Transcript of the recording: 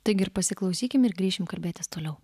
taigi ir pasiklausykim ir grįšim kalbėtis toliau